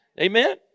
Amen